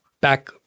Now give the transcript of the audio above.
back